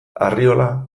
arriola